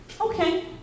Okay